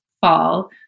fall